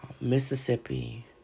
Mississippi